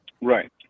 Right